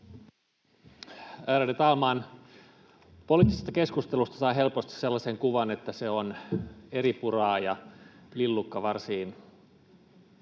Ärade talman! Poliittisesta keskustelusta saa helposti sellaisen kuvan, että se on eripuraa ja lillukanvarsiin